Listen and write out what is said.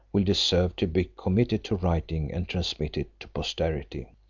will deserve to be committed to writing, and transmitted to posterity.